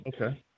okay